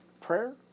prayer